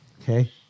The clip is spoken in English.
Okay